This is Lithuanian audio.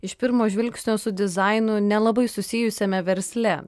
iš pirmo žvilgsnio su dizainu nelabai susijusiame versle